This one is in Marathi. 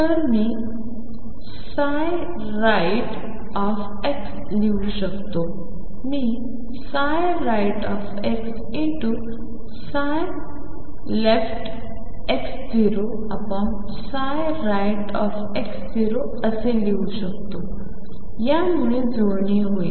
तर मी rightलिहू शकतो मी rightxleftx0rightx0असे लिहू शकतो यामुळे जुळणी होईल